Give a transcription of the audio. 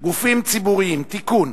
(גופים ציבוריים) (תיקון,